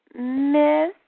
Miss